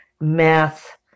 math